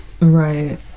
right